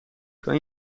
kan